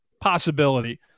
possibility